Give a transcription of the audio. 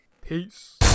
Peace